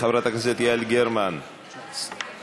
חברת הכנסת יעל גרמן, 19,